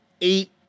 eight